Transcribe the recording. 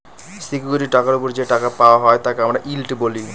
security টাকার ওপর যে টাকা পাওয়া হয় তাকে আমরা ইল্ড বলি